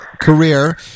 Career